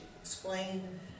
Explain